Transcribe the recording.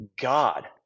God